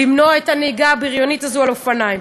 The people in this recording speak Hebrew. למנוע את הנהיגה הבריונית הזו על אופניים.